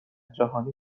جهانی